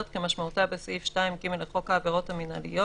כמשמעותה בסעיף 2(ג) לחוק העבירות המנהליות,